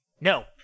no